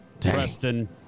Preston